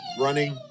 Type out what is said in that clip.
running